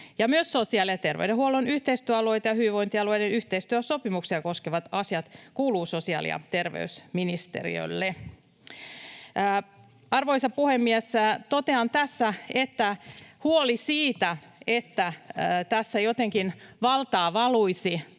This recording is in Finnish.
Myös sosiaali‑ ja terveydenhuollon yhteistyöalueita ja hyvinvointialueiden yhteistyösopimuksia koskevat asiat kuuluvat sosiaali‑ ja terveysministeriölle. Arvoisa puhemies! Totean tässä, että huolelle siitä, että tässä jotenkin valtaa valuisi